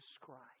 Christ